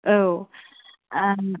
औ ओ